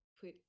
put